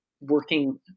working